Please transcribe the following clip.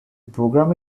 program